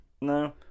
No